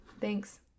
thanks